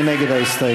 מי נגד ההסתייגות?